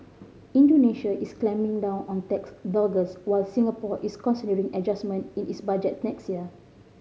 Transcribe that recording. Indonesia is clamping down on tax dodgers while Singapore is considering adjustment in its budget next year